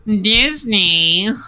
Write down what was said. Disney